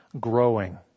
growing